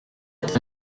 est